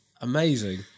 Amazing